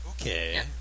okay